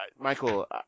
Michael